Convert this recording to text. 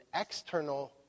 external